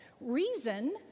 reason